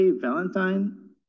Valentine